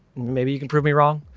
maybe you can prove me wrong.